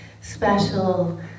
special